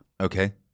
Okay